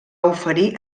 oferir